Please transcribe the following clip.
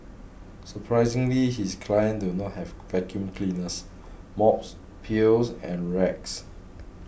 surprisingly his clients do not have vacuum cleaners mops pails and rags